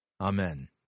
Amen